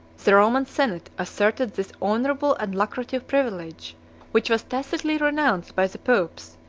the roman senate asserted this honorable and lucrative privilege which was tacitly renounced by the popes,